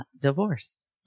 divorced